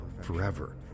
forever